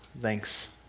Thanks